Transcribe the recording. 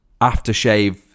aftershave